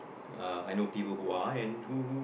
uh I know people who are and who who